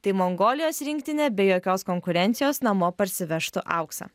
tai mongolijos rinktinė be jokios konkurencijos namo parsivežtų auksą